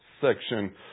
section